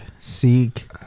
seek